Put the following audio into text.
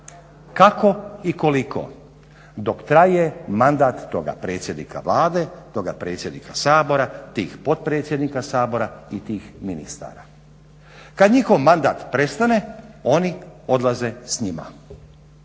Kako i koliko dok traje mandat toga predsjednika Vlade, toga predsjednika Sabora, tih potpredsjednika Sabora i tih ministara. Kada njihov mandat prestane oni odlaze s njima.